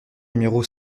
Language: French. numéro